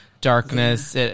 darkness